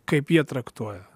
kaip jie traktuoja